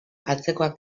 antzekoak